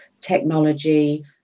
technology